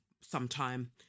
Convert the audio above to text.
sometime